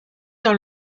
dans